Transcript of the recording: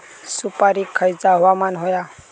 सुपरिक खयचा हवामान होया?